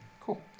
Cool